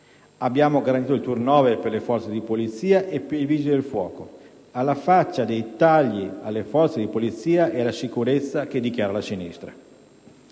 Abbiamo garantito il *turnover* per le forze di polizia e per i Vigili del fuoco: alla faccia dei tagli alle forze di polizia e alla sicurezza che dichiara la sinistra!